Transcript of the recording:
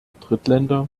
drittländer